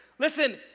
Listen